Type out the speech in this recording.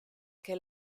que